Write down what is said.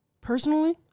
personally